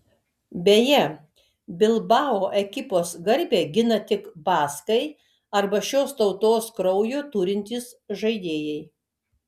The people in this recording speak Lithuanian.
beje bilbao ekipos garbę gina tik baskai arba šios tautos kraujo turintys žaidėjai